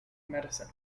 medicine